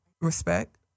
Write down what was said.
Respect